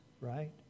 right